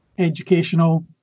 educational